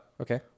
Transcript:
okay